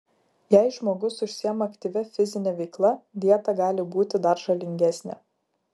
jei žmogus užsiima aktyvia fizine veikla dieta gali būti dar žalingesnė